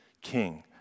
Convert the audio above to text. King